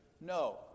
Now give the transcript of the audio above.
No